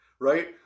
right